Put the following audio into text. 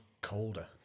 colder